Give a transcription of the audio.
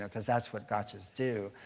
cause that's what gotchas do.